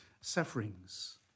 sufferings